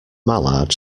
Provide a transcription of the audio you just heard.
mallard